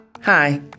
Hi